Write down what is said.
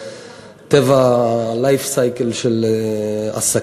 זה טבע ה-life cycle של עסקים.